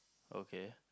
okay